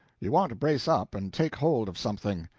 you want to brace up, and take hold of something.